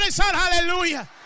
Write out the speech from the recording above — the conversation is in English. hallelujah